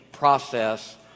process